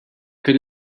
could